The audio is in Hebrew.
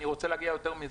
אני רוצה להגיע ליותר מזה.